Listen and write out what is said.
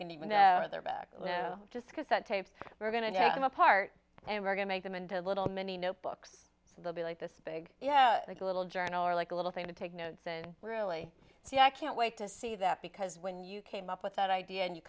and even further back you know just because that tapes are going to come apart and we're going to make them into little mini notebooks so they'll be like this big yeah like a little journal or like a little thing to take notes and really see i can't wait to see that because when you came up with that idea and you